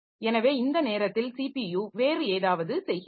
எனவே இந்த நேரத்தில் ஸிபியு வேறு ஏதாவது செய்கிறது